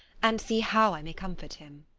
and see how i may comfort him.